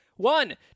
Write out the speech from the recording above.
One